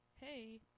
Hey